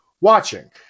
watching